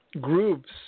groups